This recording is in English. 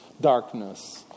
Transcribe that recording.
Darkness